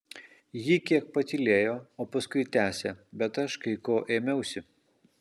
ji kiek patylėjo o paskui tęsė bet aš kai ko ėmiausi